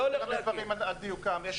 אני מעמיד דברים על דיוקם.